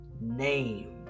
name